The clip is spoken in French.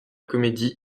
comédie